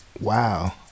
wow